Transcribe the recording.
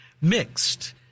mixed